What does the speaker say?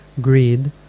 greed